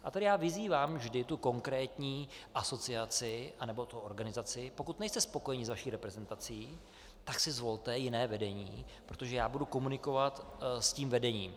A tady já vyzývám vždy konkrétní asociaci nebo organizaci pokud nejste spokojeni s vaší reprezentací, tak si zvolte jiné vedení, protože budu komunikovat s vedením.